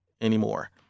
anymore